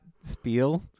spiel